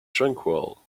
tranquil